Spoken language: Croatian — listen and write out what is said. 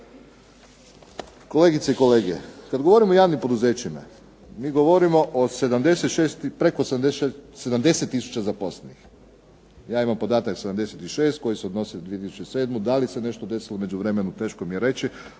Kolegice i kolege, kad govorimo o javnim poduzećima mi govorimo o 76, i preko 76, 70 tisuća zaposlenih. Ja imam podatak 76 koji se odnosi na 2007. Da li se nešto desilo u međuvremenu teško mije reći,